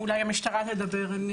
אולי המשטרה תדבר.